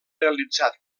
realitzat